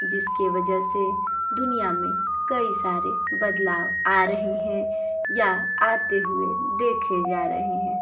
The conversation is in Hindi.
जिसकी वजह से दुनिया में कई सारे बदलाव आ रहे हैं या आते हुए देखे जा रहे हैं